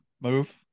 move